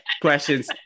questions